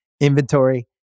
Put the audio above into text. inventory